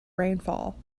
rainfall